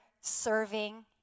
serving